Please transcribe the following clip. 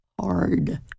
hard